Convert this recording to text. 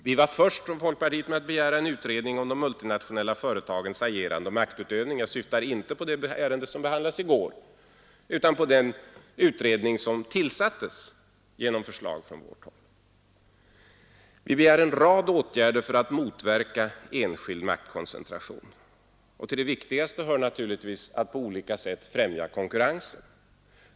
Folkpartiet var först med att begära en utredning om de multinationella företagens agerande och maktutövning — jag syftar nu inte på det ärende som behandlades i går utan på den utredning som tillsattes på förslag från vårt håll. Vi begär en rad åtgärder för att motverka enskild maktkoncentration. Till de viktigaste hör naturligtvis att på olika sätt främja konkurrensen.